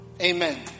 Amen